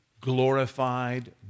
glorified